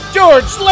George